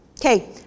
Okay